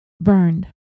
burned